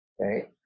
okay